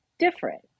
different